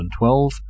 2012